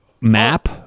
map